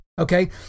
Okay